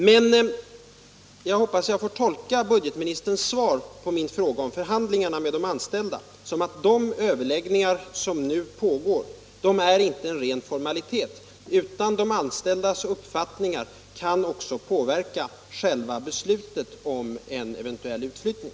Men jag hoppas jag får tolka budgetministerns svar på min fråga om förhandlingar med de anställda så, att de överläggningar som nu pågår inte är en ren formalitet, utan att de anställdas uppfattningar också kan påverka själva beslutet om en eventuell utflyttning.